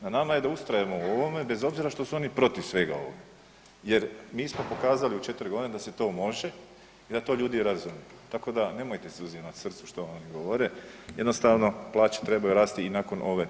Na nama je da ustrajemo u ovome bez obzira što su oni protiv svega ovoga jer mi smo pokazali u 4.g. da se to može i da to ljudi razumiju, tako da nemojte si uzimat srcu što oni govore, jednostavno plaće trebaju rasti i nakon ove porezne reforme.